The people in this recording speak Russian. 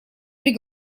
при